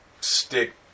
stick